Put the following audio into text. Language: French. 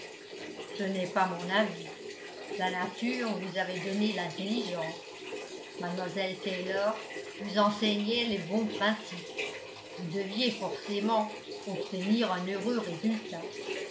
ce n'est pas mon avis la nature vous avait donné l'intelligence mlle taylor vous enseignait les bons principes vous deviez forcément obtenir un heureux résultat